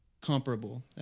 comparable